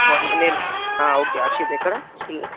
sorry నేను okay Harshit ఎక్కడ still